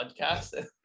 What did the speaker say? podcast